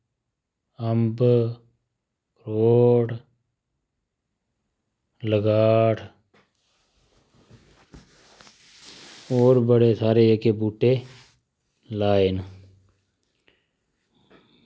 अम्ब अखरोट लगाठ और बड़े सारे जेह्के बूह्टे लाये न